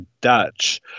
Dutch